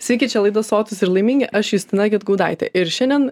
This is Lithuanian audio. sveiki čia laida sotūs ir laimingi aš justina gedgaudaitė ir šiandien